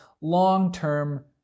long-term